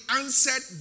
answered